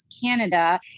Canada